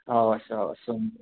हवस् हवस् हुन्छ